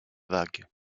vagues